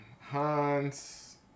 Hans